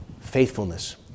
faithfulness